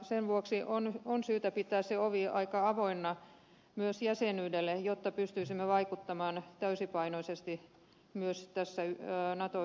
sen vuoksi on syytä pitää se ovi aika avoinna myös jäsenyydelle jotta pystyisimme vaikuttamaan täysipainoisesti myös tässä nato yhteistyössä